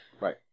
Right